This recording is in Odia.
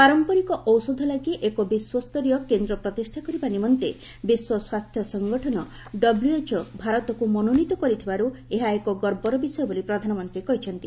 ପାରମ୍ପରିକ ଔଷଧ ଲାଗି ଏକ ବିଶ୍ୱସ୍ତରୀୟ କେନ୍ଦ୍ର ପ୍ରତିଷ୍ଠା କରିବା ନିମନ୍ତେ ବିଶ୍ୱ ସ୍ୱାସ୍ଥ୍ୟ ସଙ୍ଗଠନ ଡବ୍ଲ୍ୟଏଚ୍ଓ ଭାରତକୁ ମନୋନୀତ କରିଥିବାରୁ ଏହା ଏକ ଗର୍ବର ବିଷୟ ବୋଲି ପ୍ରଧାନମନ୍ତ୍ରୀ କହିଛନ୍ତି